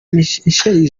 michaëlle